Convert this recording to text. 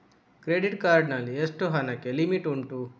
Credit card ನಲ್ಲಿ ಎಷ್ಟು ಹಣಕ್ಕೆ ಲಿಮಿಟ್ ಉಂಟು?